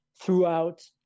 throughout